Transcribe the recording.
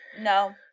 no